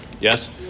yes